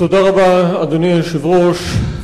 אדוני היושב-ראש,